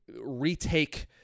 retake